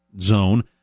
zone